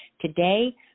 today